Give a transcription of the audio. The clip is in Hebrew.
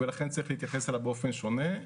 ולכן צריך להתייחס אליו באופן שונה.